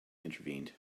intervened